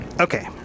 Okay